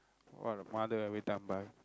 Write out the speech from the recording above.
what a mother every time buy